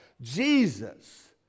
Jesus